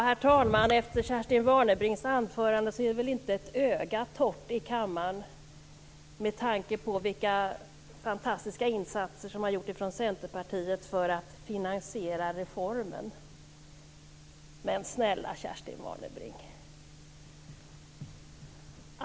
Herr talman! Efter Kerstin Warnerbrings anförande är det väl inte ett öga torrt i kammaren med tanke på vilka fantastiska insatser som har gjorts från Centerpartiet för att finansiera reformen. Men snälla Kerstin Warnerbring!